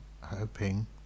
hoping